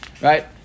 right